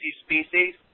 species